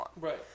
Right